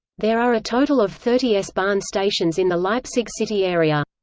there are a total of thirty s-bahn stations in the leipzig city area.